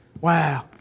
Wow